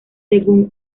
según